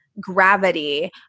gravity